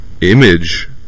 Image